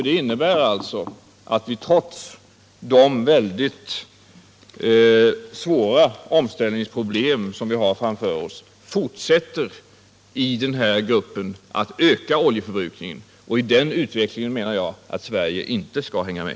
Det innebär alltså att vi i den här gruppen, trots de väldigt svåra omställningsproblem som vi har framför oss, fortsätter att öka oljeförbrukningen. I den utvecklingen menar jag att Sverige inte skall hänga med.